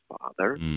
father